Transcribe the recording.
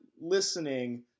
listening